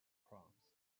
proms